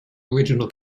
original